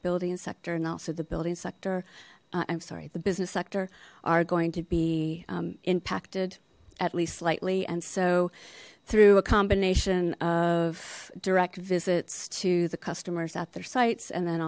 building sector and also the building sector i'm sorry the business sector are going to be impacted at least slightly and so through a combination of direct visits to the customers at their sites and then